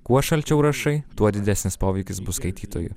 kuo šalčiau rašai tuo didesnis poveikis bus skaitytojui